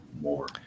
more